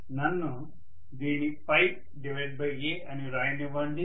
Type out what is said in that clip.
నన్ను దీనిని A అని వ్రాయనివ్వండి